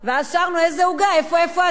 ואז שרנו, איזה עוגה, איפה איפה הדירה,